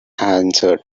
answered